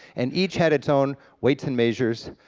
and each had its own weights and measures,